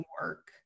work